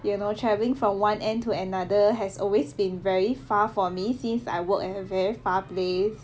you know travelling from one end to another has always been very far for me since I work at a very far place